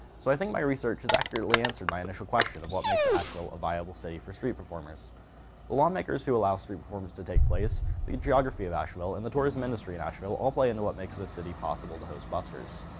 so i think my research has accurately answered my initial question of what makes ashevile a viable city for street performers, the lawmakers who allow street performance to tae place, the geography of asheville and the tourism industry in asheville all play into what makes this city possible to host buskers.